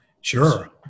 Sure